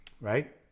Right